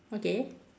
okay